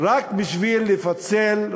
רק בשביל לפצל,